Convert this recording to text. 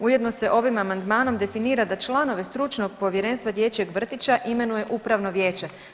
Ujedno se ovim amandmanom definira da članove stručnog povjerenstva dječjeg vrtića imenuje Upravno vijeće.